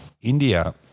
India